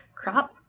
crop